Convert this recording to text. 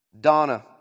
Donna